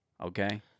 okay